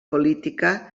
política